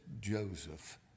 Joseph